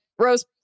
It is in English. Rose